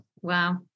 wow